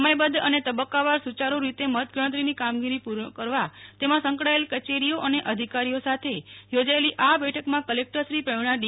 સમયબધ્ધ અને તબક્કાવાર સુ ચારૂ રીતે મતગણતરીની કામગીરી પૂ ર્ણ કરવા તેમાં સંકળાયેલ કચેરીઓ અને અધિકારીઓ સાથે યોજાયેલી આ બેઠકમાં કલેકટરશ્રી પ્રવિણા ડી